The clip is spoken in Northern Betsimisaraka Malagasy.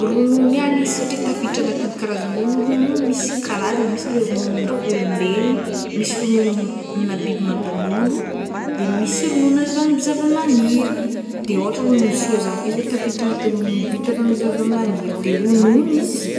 Ronono ihany izy satria tafiditra agnatin'ny karazany ny ronono misy karazany misy le rononona ôlombelogno, misy ronono na biby mampinono de misy ronono avy amin'ny zavamaniry de ôhatra ronono soja ake zao tafiditry agnaty ronono vita avy amin'ny zavamaniry de ronono izy e.